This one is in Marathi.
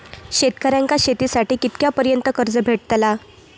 शेतकऱ्यांका शेतीसाठी कितक्या पर्यंत कर्ज भेटताला?